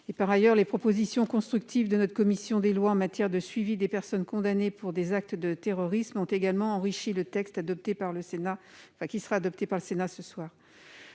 Par ailleurs, les propositions constructives de la commission des lois en matière de suivi des personnes condamnées pour des actes de terrorisme ont enrichi le texte qui sera adopté par le Sénat ce soir.